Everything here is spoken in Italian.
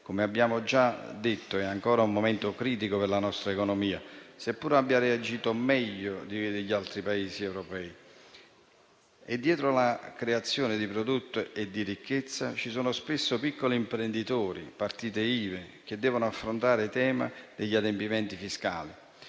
Come abbiamo già detto, è ancora un momento critico per la nostra economia, seppure essa abbia reagito meglio degli gli altri Paesi europei. Dietro la creazione di prodotti e di ricchezza ci sono spesso piccoli imprenditori, partite Iva che devono affrontare il tema degli adempimenti fiscali.